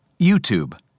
YouTube